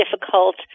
difficult